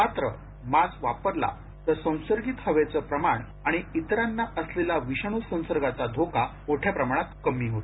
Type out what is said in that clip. मात्र मास्क वापरला तर संसर्गित हवेच प्रमाण आणि इतरांना असलेला विषाण संसर्गांचा धोका मोठ्या प्रमाणात कमी होतो